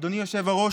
אדוני היושב-ראש,